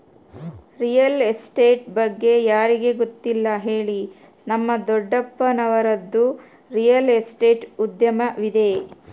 real estate ಬಗ್ಗೆ ಯಾರಿಗೆ ಗೊತ್ತಿಲ್ಲ ಹೇಳಿ, ನಮ್ಮ ದೊಡ್ಡಪ್ಪನವರದ್ದು ರಿಯಲ್ ಎಸ್ಟೇಟ್ ಉದ್ಯಮವಿದೆ